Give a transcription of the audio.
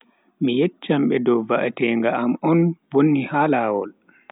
Mi yecchan be dow va'etenga am vonni ha lawol.